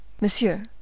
Monsieur